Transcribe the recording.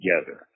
together